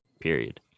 period